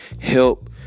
help